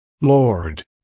Lord